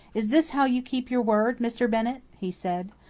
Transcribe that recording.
is this how you keep your word, mr. bennett? he said.